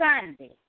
Sunday